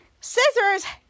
Scissors